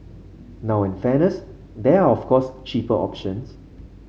now in fairness there are of course cheaper options